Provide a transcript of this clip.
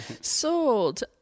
Sold